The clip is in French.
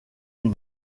une